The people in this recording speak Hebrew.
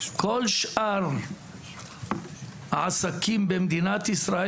כל שאר העסקים במדינת ישראל,